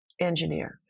engineer